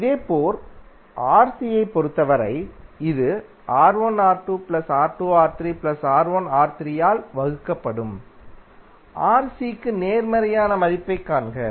இதேபோல் Rc ஐப் பொறுத்தவரை இது ஆல் வகுக்கப்படும் Rc க்கு நேர்மாறான மதிப்பை க் காண்க